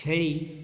ଛେଳି